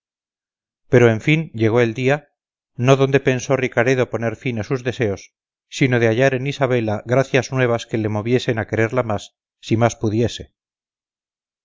pero en fin llegó el día no donde pensó ricaredo poner fin a sus deseos sino de hallar en isabela gracias nuevas que le moviesen a quererla más si más pudiese